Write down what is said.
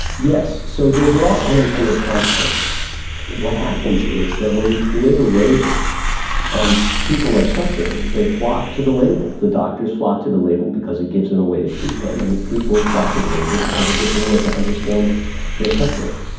yes, so those are all unintended consequences. what happens is that when you create a label and people are suffering, they flock to the label. the doctors flock to the label because it gives them a way to treat them, and the people flock to the label because it gives them a way to understand their suffering.